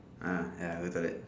ah ya go toilet